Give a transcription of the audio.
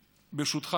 ברשותך,